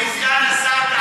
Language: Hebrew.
אדוני סגן השר,